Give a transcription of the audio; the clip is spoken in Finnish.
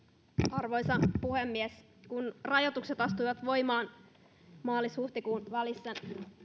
arvoisa puhemies kun rajoitukset astuivat voimaan maalis huhtikuun välissä